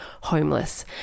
homeless